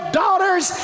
daughters